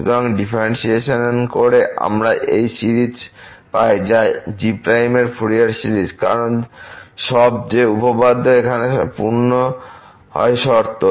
সুতরাংডিফারেন্টশিয়েশন করে আমরা এই সিরিজ পাই যা g এর ফুরিয়ার সিরিজ কারণ সব যে উপপাদ্য এখানে পূর্ণ হয় শর্ত